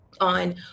on